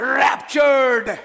raptured